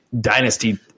dynasty